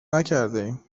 نکردهایم